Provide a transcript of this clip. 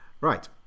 Right